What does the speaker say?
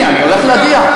הנה, אני הולך להגיע.